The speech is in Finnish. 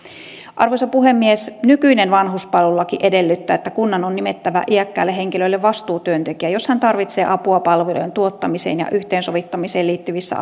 arvoisa puhemies nykyinen vanhuspalvelulaki edellyttää että kunnan on nimettävä iäkkäälle henkilölle vastuutyöntekijä jos hän tarvitsee apua palvelujen tuottamiseen ja yhteensovittamiseen liittyvissä